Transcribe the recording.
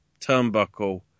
turnbuckle